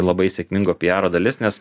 labai sėkmingo piaro dalis nes